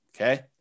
okay